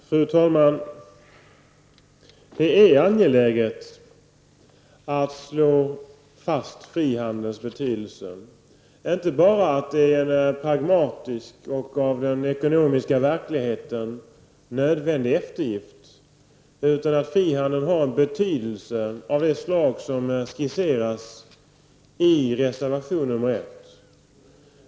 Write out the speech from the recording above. Fru talman! Det är angeläget att slå fast frihandelns betydelse, inte bara att det är en pragmatisk och av den ekonomiska verkligheten nödvändig eftergift, utan att frihandeln har en betydelse av det slag som skisserats i reservation nr 1.